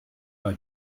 bei